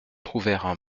trouvèrent